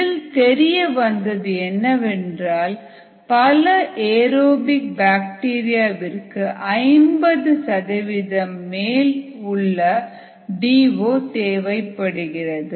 இதில் தெரிய வந்தது என்னவென்றால் பல ஏரோபிக் பாக்டீரியா விற்கு 50 சதவிகிதம் மேல் உள்ளடி ஓ தேவைப்படுகிறது